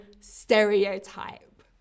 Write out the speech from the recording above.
stereotype